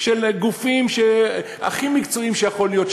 של הגופים הכי מקצועיים שיכולים להיות,